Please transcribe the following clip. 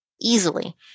easily